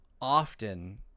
often